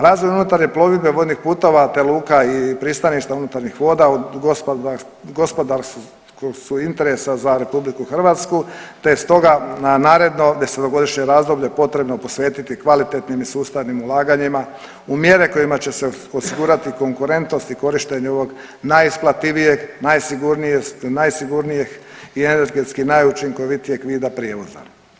Razvoj unutarnje plovidbe, vojnih putova te luka i pristaništa unutarnjih voda od gospodarskog su interesa za RH te je stoga naredno desetogodišnje razdoblje potrebno posvetiti kvalitetnim i sustavnim ulaganjima u mjere kojima će se osigurati konkurentnosti i korištenje ovog najisplativijeg, najsigurnijeg i energetski najučinkovitijeg vida prijevoza.